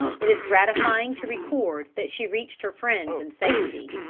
it is gratifying to record that she reached her friends in safety.